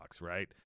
right